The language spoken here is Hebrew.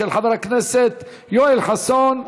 של חבר הכנסת יואל חסון.